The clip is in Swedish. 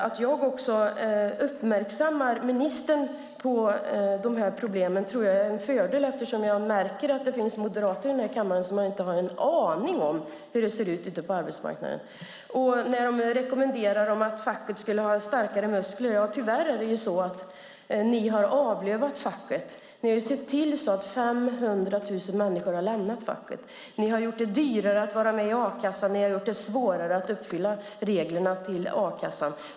Att jag också uppmärksammar ministern på detta är en fördel, tror jag, eftersom jag märker att det finns moderater här i kammaren som inte har en aning om hur det ser ut ute på arbetsmarknaden. Man talar om att facket skulle ha starkare muskler. Tyvärr har ju ni avlövat facket. Ni har sett till att 500 000 människor har lämnat facket. Ni har gjort det dyrare att vara med i a-kassan och svårare att uppfylla reglerna för att bli medlem där.